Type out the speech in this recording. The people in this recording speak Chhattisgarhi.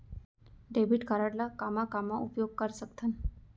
डेबिट कारड ला कामा कामा उपयोग कर सकथन?